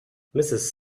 mrs